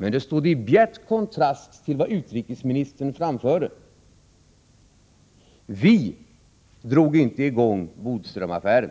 Men hans uttalande stod i bjärt kontrast till vad utrikesministern framförde. Vi drog inte i gång Bodströmaffären.